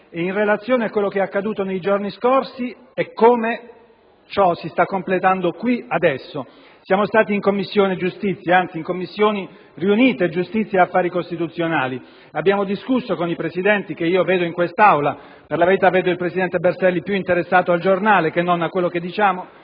in relazione a quello che è accaduto nei giorni scorsi e a come ciò si sta completando qui, adesso. Nelle Commissioni riunite giustizia e affari costituzionali abbiamo discusso con i Presidenti, che vedo in quest'Aula (per la verità vedo il presidente Berselli più interessato al giornale che non a quello che diciamo,